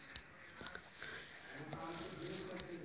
राष्ट्रीय अन्न आणि कृषी संस्था अन्नसुरक्षावर देखरेख ठेवतंस